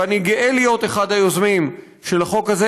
ואני גאה להיות אחד היוזמים של החוק הזה.